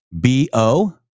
B-O